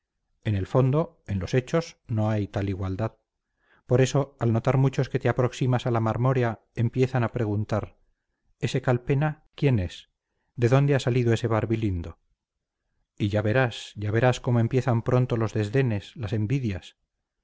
en el fondo en los hechos no hay tal igualdad por eso al notar muchos que te aproximas a la marmórea empiezan a preguntar ese calpena quién es de dónde ha salido ese barbilindo y ya verás ya verás cómo empiezan pronto los desdenes las envidias